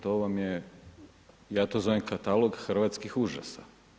To vam je, ja to zovem katalog hrvatskih užasa.